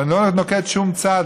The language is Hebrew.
ואני לא נוקט שום צד,